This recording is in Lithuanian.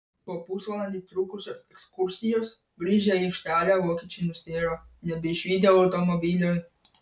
po pusvalandį trukusios ekskursijos grįžę į aikštelę vokiečiai nustėro nebeišvydę automobilio